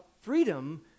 freedom